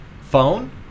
phone